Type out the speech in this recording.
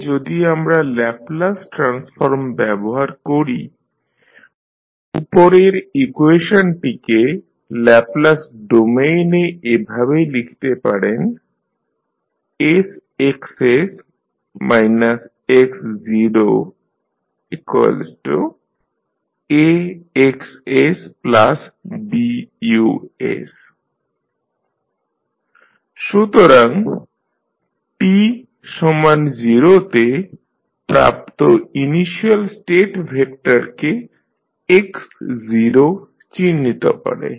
তাহলে যদি আমরা ল্যাপলাস ট্রান্সফর্ম ব্যবহার করি উপরের ইকুয়েশনটিকে ল্যাপলাস ডোমেইন এ এভাবে লিখতে পারেন sXs x0AXsBUs সুতরাং t0 তে প্রাপ্ত ইনিশিয়াল স্টেট ভেক্টরকে x চিহ্নিত করে